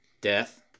Death